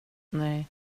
nej